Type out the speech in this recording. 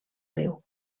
riu